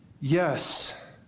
yes